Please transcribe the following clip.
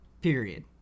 period